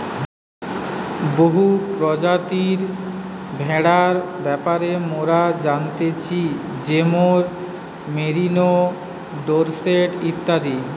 বহু প্রজাতির ভেড়ার ব্যাপারে মোরা জানতেছি যেরোম মেরিনো, ডোরসেট ইত্যাদি